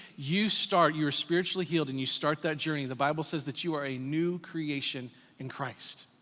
you start, you are spiritually healed and you start that journey, the bible says that you are a new creation in christ.